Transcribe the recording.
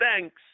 thanks